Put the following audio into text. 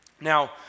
Now